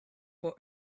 for